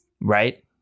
right